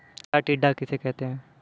हरा टिड्डा किसे कहते हैं?